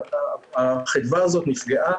החדווה הזאת נפגעה.